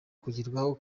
kugerwaho